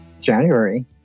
January